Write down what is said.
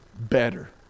better